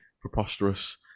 preposterous